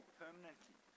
permanently